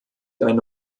eine